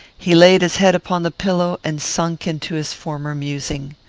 he laid his head upon the pillow, and sunk into his former musing.